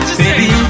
baby